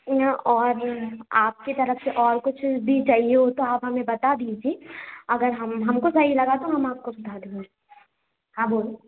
और आपकी तरफ से और कुछ भी चाहिए हो तो आप हमें बता दीजिए अगर हम हमको सही लगा तो हम आपको सिखा देंगे हाँ बोल